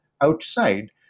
outside